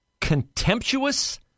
contemptuous